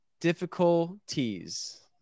difficulties